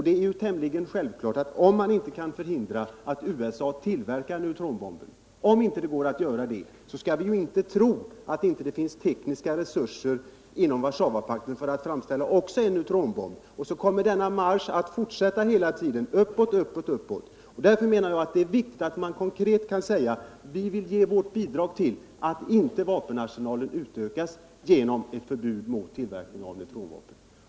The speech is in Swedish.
Det är tämligen självklart att om man inte kan förhindra att USA tillverkar neutronbomben, skall vi inte tro att det inte finns tekniska resurser inom Warszawapakten för att även där framställa en neutronbomb. Och så kommer denna marsch att fortsätta, hela tiden uppåt. Därför menar jag att det är viktigt att man konkret kan säga: Vi vill ge vårt bidrag till att vapenarsenalen inte utökas och förordar därför ett förbud mot tillverkning av neutronvapen.